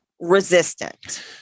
resistant